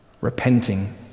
repenting